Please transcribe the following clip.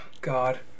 God